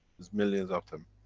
there's millions of them.